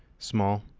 small,